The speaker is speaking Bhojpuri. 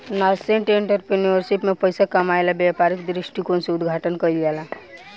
नासेंट एंटरप्रेन्योरशिप में पइसा कामायेला व्यापारिक दृश्टिकोण से उद्घाटन कईल जाला